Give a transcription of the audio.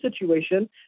situation